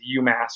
UMass